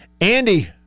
Andy